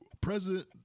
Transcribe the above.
President